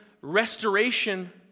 restoration